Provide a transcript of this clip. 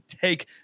take